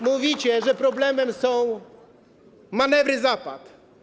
Mówicie, że problemem są manewry Zapad.